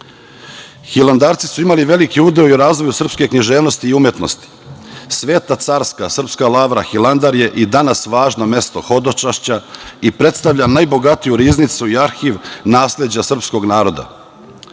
Pazara. Hilandarci su imali veliki udeo u razvoju srpske književnosti i umetnosti. Sveta carska srpska lavra Hilandar je i danas važno mesto hodočašća i predstavlja najbogatiju riznicu i arhiv nasleđa srpskog naroda. Požar